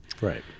Right